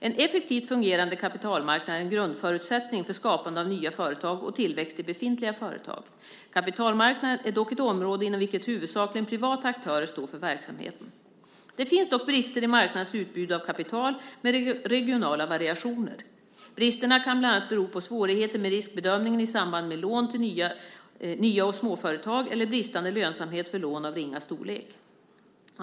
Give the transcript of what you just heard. En effektivt fungerande kapitalmarknad är en grundförutsättning för skapandet av nya företag och tillväxt i befintliga företag. Kapitalmarknaden är dock ett område inom vilket huvudsakligen privata aktörer står för verksamheten. Det finns dock brister i marknadens utbud av kapital med regionala variationer. Bristerna kan bland annat bero på svårigheter med riskbedömningen i samband med lån till nya och små företag eller bristande lönsamhet för lån av ringa storlek.